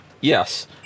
Yes